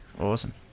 Awesome